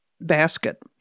basket